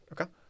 Okay